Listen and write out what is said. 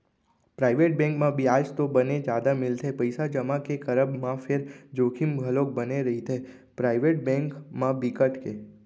private bank म बियाज तो बने जादा मिलथे पइसा जमा के करब म फेर जोखिम घलोक बने रहिथे, पराइवेट बेंक म बिकट के